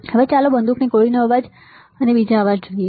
હવે ચાલો બંદૂકની ગોળીનો અવાજ બીજો અવાજ જોઈએ